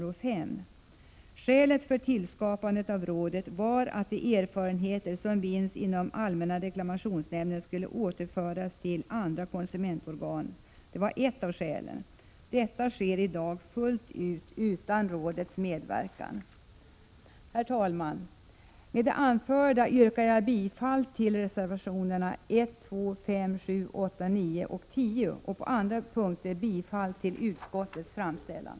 Ett av skälen för tillskapandet av rådet var att de erfarenheter som vinns inom allmänna reklamationsnämnden skulle återföras till andra konsumentorgan. Detta sker i dag fullt ut utan rådets medverkan. Herr talman! Med det anförda yrkar jag bifall till reservationerna 1,2,5,7, 8, 9 och 10, och på andra punkter bifall till utskottets hemställan.